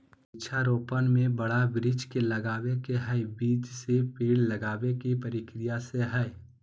वृक्षा रोपण में बड़ा वृक्ष के लगावे के हई, बीज से पेड़ लगावे के प्रक्रिया से हई